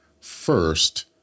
first